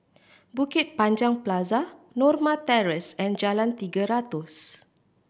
Bukit Panjang Plaza Norma Terrace and Jalan Tiga Ratus